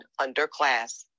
underclass